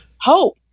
hope